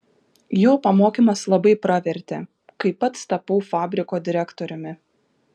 jo pamokymas labai pravertė kai pats tapau fabriko direktoriumi